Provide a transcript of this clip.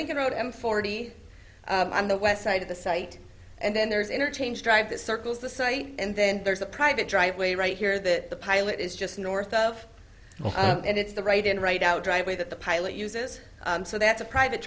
lincoln road m forty m the west side of the site and then there's interchange drive that circles the city and then there's a private driveway right here that the pilot is just north of and it's the right in right out driveway that the pilot uses so that's a private